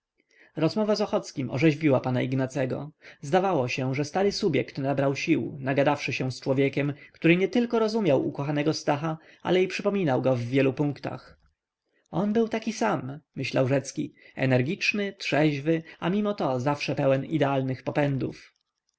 rozmowa z ochockim orzeźwiła pana ignacego zdawało się że stary subjekt nabrał sił nagadawszy się z człowiekiem który nietylko rozumiał ukochanego stacha ale i przypominał go w wielu punktach on był taki sam myślał rzecki energiczny trzeźwy a mimo to zawsze pełen idealnych popędów